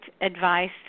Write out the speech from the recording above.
advice